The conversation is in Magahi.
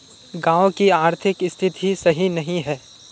गाँव की आर्थिक स्थिति सही नहीं है?